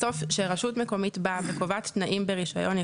בסוף כשרשות מקומית באה וקובעת תנאים ברישיון,